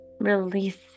release